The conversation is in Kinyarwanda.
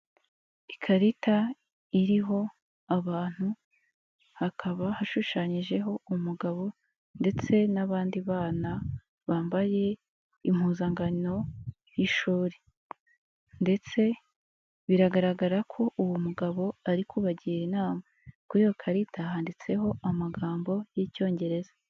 Ikarita iriho abantu, hakaba hashushanyijeho umugabo ndetse n'abandi bana bambaye impuzankano y'ishuri. Ndetse biragaragara ko uwo mugabo ari kubagira inama. Kuri iyo karita handitseho amagambo y'Icyongereza.